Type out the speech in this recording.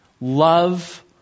love